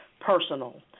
Personal